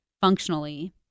functionally